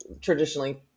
traditionally